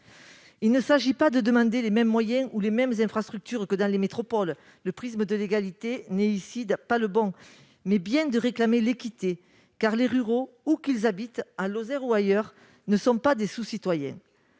Il s'agit non pas de demander les mêmes moyens et les mêmes infrastructures que dans les métropoles- le prisme de l'égalité n'est ici pas le bon -, mais bien de réclamer l'équité. Les ruraux, quel que soit leur lieu d'habitation, en Lozère ou ailleurs, ne sont pas des sous-citoyens.